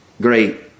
great